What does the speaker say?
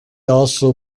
also